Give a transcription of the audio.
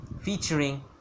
featuring